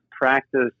practice